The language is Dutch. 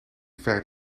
ver